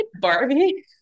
Barbie